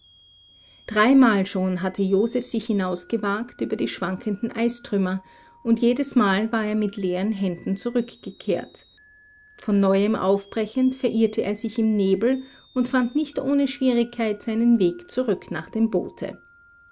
dreimal schon hatte joseph sich hinausgewagt über die schwankenden eistrümmer und jedesmal war er mit leeren händen zurückgekehrt von neuem aufbrechend verirrte er sich im nebel und fand nicht ohne schwierigkeit seinen weg zurück nach dem boote